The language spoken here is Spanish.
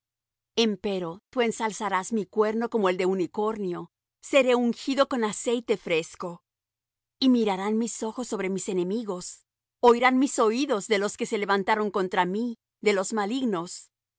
obran maldad empero tú ensalzarás mi cuerno como el de unicornio seré ungido con aceite fresco y mirarán mis ojos sobre mis enemigos oirán mis oídos de los que se levantaron contra mí de los malignos el